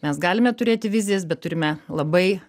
mes galime turėti vizijas bet turime labai